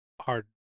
hard